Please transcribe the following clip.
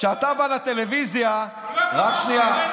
כשאתה בא לטלוויזיה, רק שנייה,